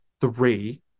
three